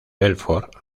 belfort